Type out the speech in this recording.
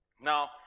Now